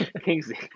Kingsley